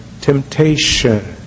temptation